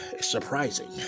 surprising